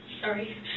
Sorry